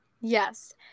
Yes